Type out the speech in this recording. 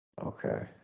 Okay